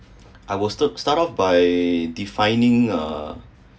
I would sto~ start by defining ugh